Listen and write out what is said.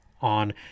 on